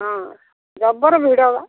ହଁ ଜବର ଭିଡ଼ ବା